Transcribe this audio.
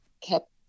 kept